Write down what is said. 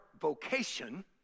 vocation